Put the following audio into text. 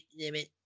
limit